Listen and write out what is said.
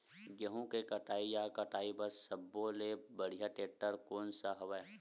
गेहूं के कटाई या कटाई बर सब्बो ले बढ़िया टेक्टर कोन सा हवय?